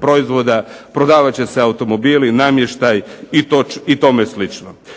proizvoda, prodavat će se automobili, namještaj i tome